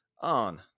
on